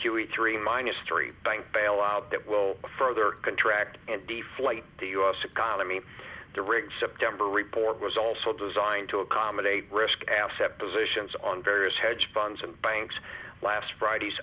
q e three minus three bank bailout that will further contract and the flight to u s economy during september report was also designed to accommodate risk asset positions on various hedge funds and banks last friday